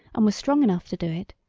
and were strong enough to do it,